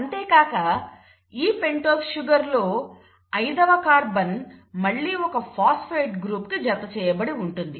అంతేకాక ఈ pentose sugar లో ఐదవ కార్బన్ మళ్లీ ఒక ఫాస్పేట్ గ్రూప్ కు జత చేయబడి ఉంటుంది